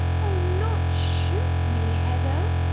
oh, not shoot me, hedda!